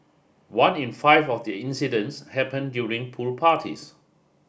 one in five of the incidents happened during pool parties